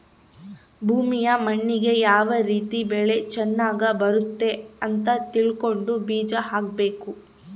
ಭೂಮಿಯ ಮಣ್ಣಿಗೆ ಯಾವ ರೀತಿ ಬೆಳೆ ಚನಗ್ ಬರುತ್ತೆ ಅಂತ ತಿಳ್ಕೊಂಡು ಬೀಜ ಹಾಕಬೇಕು